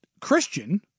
Christian